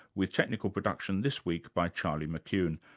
with technical production this week by charlie mccune.